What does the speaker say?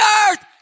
earth